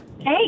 Hey